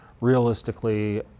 realistically